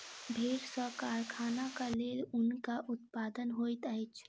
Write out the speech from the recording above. भेड़ सॅ कारखानाक लेल ऊनक उत्पादन होइत अछि